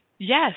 Yes